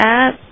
up